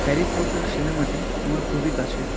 Harry Potter সিনেমাটি আমার খুবই কাছের